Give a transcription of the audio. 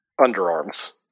underarms